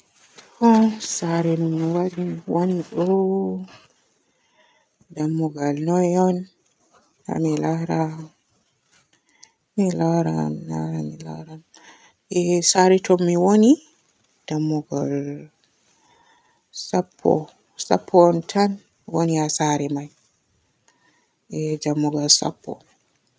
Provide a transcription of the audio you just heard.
To saare min waari-wooni ɗo mi laaradammugal noy on haa mi laara, mi laara, mi laara. A saare ton mi wooni dammugal sappo-sappo on tan wooni haa saare may e dammugal sappo.